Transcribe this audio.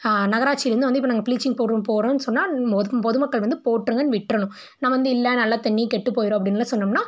நகராட்சிலேருந்து வந்து இப்போ நாங்கள் ப்ளீச்சிங் பவுட்ரு போட்றோம்னு சொன்னால் பொது பொதுமக்கள் வந்து போட்டுருங்கனு விட்டுறணும் நாங்கள் வந்து இல்லை நல்லத்தண்ணி கெட்டுப்போயிடும் அப்டின்னுலாம் சொன்னோம்னா